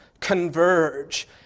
converge